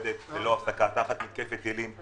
תחת מתקפת טילים.